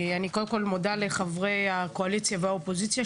אני קודם כל מודה לחברי הקואליציה והאופוזיציה,